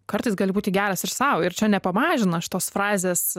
kartais gali būti geras ir sau ir čia nepamažina šitos frazės